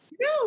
No